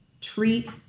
treat